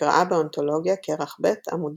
מקראה באונטולוגיה, כרך ב', עמ'